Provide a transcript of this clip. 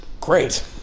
great